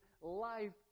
life